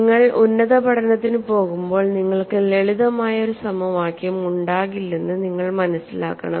നിങ്ങൾ ഉന്നത പഠനത്തിന് പോകുമ്പോൾ നിങ്ങൾക്ക് ലളിതമായ ഒരു സമവാക്യം ഉണ്ടാകില്ലെന്ന് നിങ്ങൾ മനസ്സിലാക്കണം